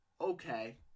okay